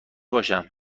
باشم